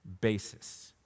basis